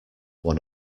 one